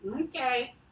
okay